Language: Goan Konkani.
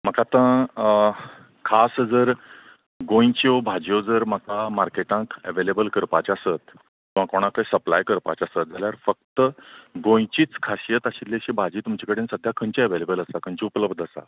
म्हाका आतां खास जर गोंयच्यो भाजयो जर म्हाका मार्केटांत ऍव्हेलेबल करपाचें आसत वा कोणाकय सप्लाय करपाचें आसत जाल्यार फक्त गोंयचीच खाशीयत आशिल्ली अशी भाजी तुमचे कडेन सद्द्या खंयची ऍव्हलेबल आसा खंयची उपलब्ध आसा